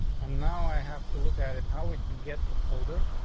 and now i have to look at at how we can get the folder.